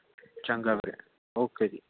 ਚੰਗਾ ਵੀਰੇ ਓਕੇ ਜੀ